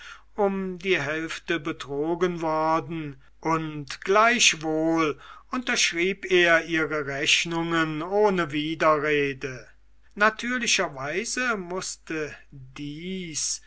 um die hälfte betrogen worden und gleichwohl unterschrieb er ihre rechnungen ohne widerrede natürlicher weise mußte dies